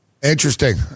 Interesting